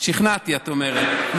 שכנעתי, את אומרת.